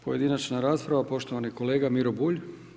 Pojedinačna rasprava poštovani kolega MIro Bulj.